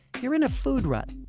you're in a food rut.